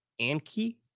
Anki